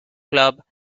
club